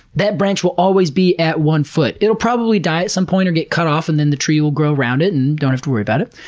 that branch will always be at one foot. it'll probably die at some point, or get cut off, and then the tree will grow around it and you don't have to worry about it.